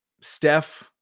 Steph